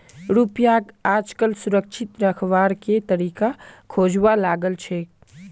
रुपयाक आजकल सुरक्षित रखवार के तरीका खोजवा लागल छेक